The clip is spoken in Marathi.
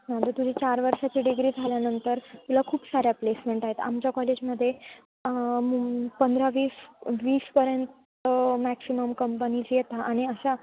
म्हणजे तुढी चार वर्षांची डिग्री झाल्यानंतर तुला खूप साऱ्या प्लेसमेंट आहेत आमच्या कॉलेजमध्ये पंधरा वीस वीसपर्यंत मॅक्सिमम कंपनीज येता आणि अशा